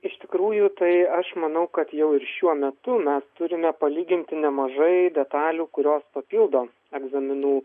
iš tikrųjų tai aš manau kad jau ir šiuo metu mes turime palyginti nemažai detalių kurios papildo egzaminų